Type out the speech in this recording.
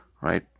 right